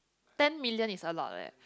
ten million is a lot leh